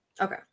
Okay